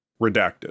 redacted